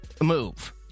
move